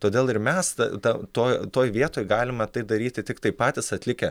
todėl ir mes ta ta toj toj vietoj galima tai daryti tiktai patys atlikę